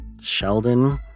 sheldon